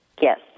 Yes